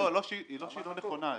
לא שהיא לא נכונה.